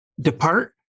depart